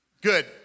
Good